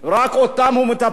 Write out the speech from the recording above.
רק אותם הוא מטפח.